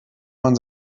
man